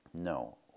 no